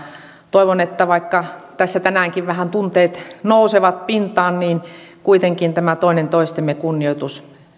toivon että vaikka tässä tänäänkin vähän tunteet nousevat pintaan niin kuitenkin tämä toinen toisemme kunnioitus